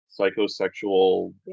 Psychosexual